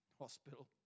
hospital